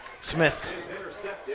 Smith